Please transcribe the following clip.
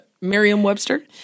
Merriam-Webster